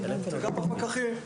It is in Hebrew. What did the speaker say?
וגם בפקחים.